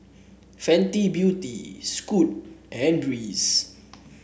Fenty Beauty Scoot and Breeze